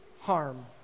harm